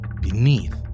beneath